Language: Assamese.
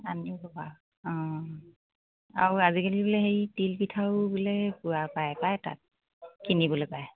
আনিম ক'ৰ পৰা অঁ আৰু আজিকালি বোলে হেৰি তিলপিঠাও বোলে পুৰা পায় পায় তাত কিনিবলে পায়